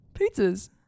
Pizzas